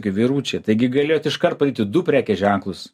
vyručiai taigi galėjot iš karto eit į du prekės ženklus